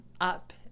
up